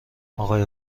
اقای